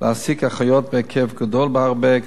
להעסיק אחיות בהיקף גדול בהרבה,